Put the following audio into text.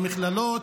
במכללות.